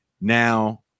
Now